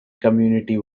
community